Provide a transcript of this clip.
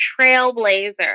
trailblazer